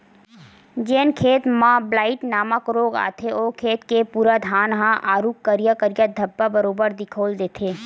जेन खेत म ब्लाईट नामक रोग आथे ओ खेत के पूरा धान ह आरुग करिया करिया धब्बा बरोबर दिखउल देथे